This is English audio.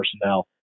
personnel